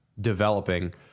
developing